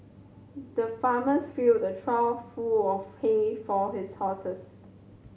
the farmers filled a trough full of hay for his horses